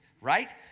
right